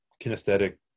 kinesthetic